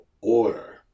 order